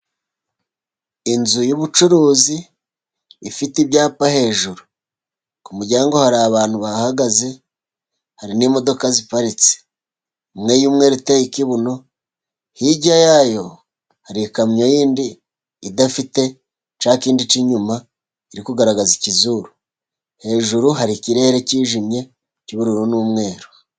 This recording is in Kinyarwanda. Inzu y'ubucuruzi ifite ibyapa hejuru. Ku muryango hari abantu bahahagaze, hari n'imodoka ziparitse imwe y'umweru iteye ikibuno hirya yayo hari ikamyo yindi idafite cya kindi cy'inyuma iri kugaragaza ikizuru. Hejuru hari ikirere cyijimye cy'ubururu n'umweru.